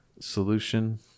solution